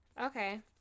okay